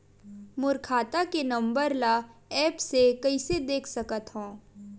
मोर खाता के नंबर ल एप्प से कइसे देख सकत हव?